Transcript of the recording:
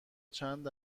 چند